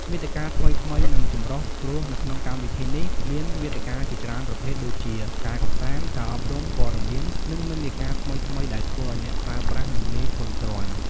មាតិកាថ្មីៗ និងចម្រុះ ព្រោះនៅក្នុងកម្មវិធីនេះមានមាតិកាជាច្រើនប្រភេទដូចជា ការកម្សាន្ត ការអប់រំ ព័ត៌មាន និងនិន្នាការថ្មីៗ ដែលធ្វើឱ្យអ្នកប្រើប្រាស់មិនងាយធុញទ្រាន់។